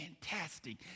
fantastic